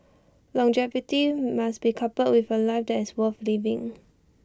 longevity must be coupled with A life that is worth living